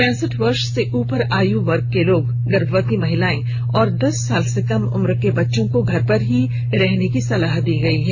पैंसठ वर्ष से ऊपर आयुवर्ग के लोग गर्भवती महिलाएं और दस साल से कम उम्र के बच्चों को घर में ही रहने की सलाह दी गई है